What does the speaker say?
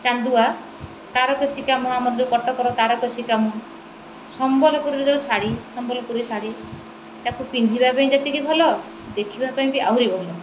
ଚାନ୍ଦୁଆ ତାରକସି କାମ ଆମର ଯୋଉ କଟକର ତାରକସି କାମ ସମ୍ବଲପୁରୀରେ ଯୋଉ ଶାଢ଼ୀ ସମ୍ବଲପୁରୀ ଶାଢ଼ୀ ତାକୁ ପିନ୍ଧିବା ପାଇଁ ଯେତିକି ଭଲ ଦେଖିବା ପାଇଁ ବି ଆହୁରି ଭଲ